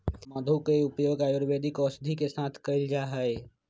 मधु के उपयोग आयुर्वेदिक औषधि के साथ कइल जाहई